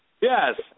Yes